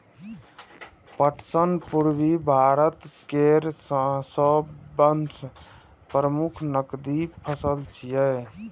पटसन पूर्वी भारत केर सबसं प्रमुख नकदी फसल छियै